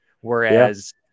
Whereas